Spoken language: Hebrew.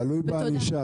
זה תלוי בענישה.